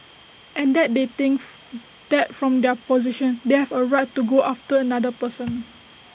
and that they thinks that from their position they have A right to go after another person